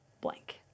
blank